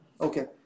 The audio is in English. Okay